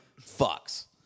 fucks